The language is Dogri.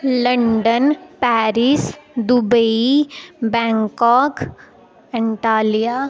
London Paris Dubai Bangkok Antilia